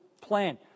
plan